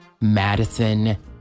Madison